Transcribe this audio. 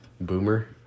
Boomer